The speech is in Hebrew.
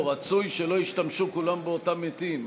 רצוי שלא ישתמשו כולם באותם עטים.